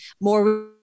more